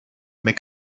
mais